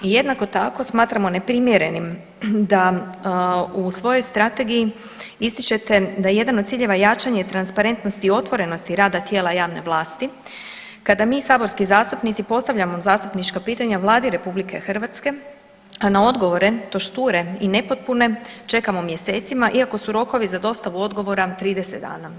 I jednako tako smatramo neprimjerenim da u svojoj strategiji ističete da je jedan od ciljeva jačanje transparentnosti i otvorenosti rada tijela javne vlasti kada mi saborski zastupnici postavljamo zastupnička pitanja Vladi RH, a na odgovore to šture i nepotpune čekamo mjesecima iako su rokovi za dostavu odgovora 30 dana.